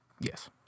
Yes